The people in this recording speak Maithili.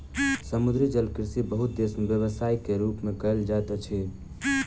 समुद्री जलकृषि बहुत देस में व्यवसाय के रूप में कयल जाइत अछि